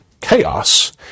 chaos